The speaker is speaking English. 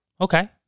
Okay